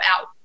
out